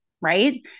right